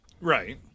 Right